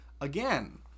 again